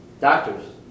Doctors